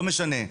לא משנה.